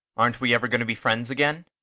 aren't we ever going to be friends again?